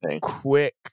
quick